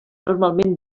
normalment